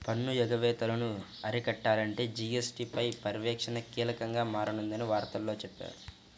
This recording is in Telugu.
పన్ను ఎగవేతలను అరికట్టాలంటే జీ.ఎస్.టీ పై పర్యవేక్షణ కీలకంగా మారనుందని వార్తల్లో చెప్పారు